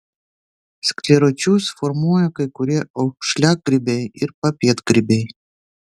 skleročius formuoja kai kurie aukšliagrybiai ir papėdgrybiai